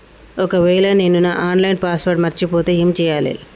ఒకవేళ నేను నా ఆన్ లైన్ పాస్వర్డ్ మర్చిపోతే ఏం చేయాలే?